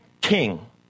king